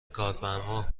کارفرما